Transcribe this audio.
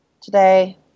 today